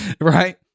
right